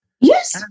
Yes